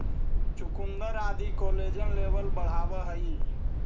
चुकुन्दर आदि collagen level बढ़ावऽ हई